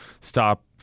stop